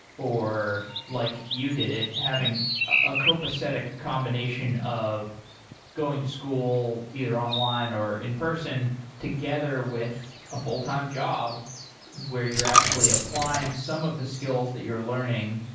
or like you did it having a copacetic combination of going to school either online, or in person together with a fulltime job where you're actually applying some of the skills that you're learning.